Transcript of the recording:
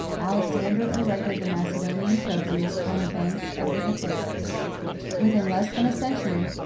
alexander erected the macedonian trophies on the banks of the hyphasis. within less than a century,